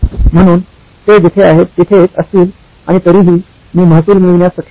म्हणून ते जिथे आहेत तिथेच असतील आणि तरीही मी महसूल मिळविण्यास सक्षम असेल